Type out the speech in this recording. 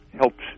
helps